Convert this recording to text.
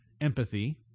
empathy